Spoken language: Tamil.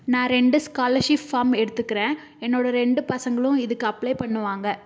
நான் ரெண்டு ஸ்காலர்ஷிப் ஃபார்ம் எடுத்துக்கிறேன் என்னோடய ரெண்டு பசங்களும் இதுக்கு அப்ளே பண்ணுவாங்கள்